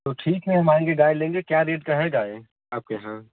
तो ठीक है हम आएँगे गाय लेंगे क्या रेट का है गाय आपके यहाँ